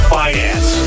finance